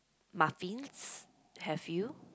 muffins have you